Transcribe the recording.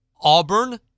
Auburn